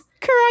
Correct